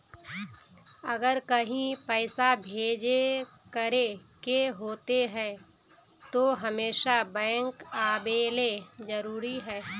अगर कहीं पैसा भेजे करे के होते है तो हमेशा बैंक आबेले जरूरी है?